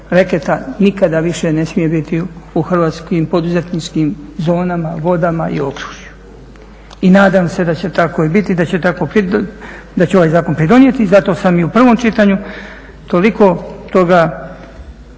reketa nikada više ne smije biti u hrvatskim poduzetničkim zonama, vodama i okružju i nadam se da će tako i biti da će ovaj zakon pridonijeti zato sam i u prvom čitanju toliko toga